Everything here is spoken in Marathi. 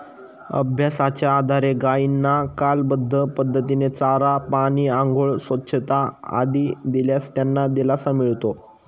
अभ्यासाच्या आधारे गायींना कालबद्ध पद्धतीने चारा, पाणी, आंघोळ, स्वच्छता आदी दिल्यास त्यांना दिलासा मिळतो